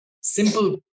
simple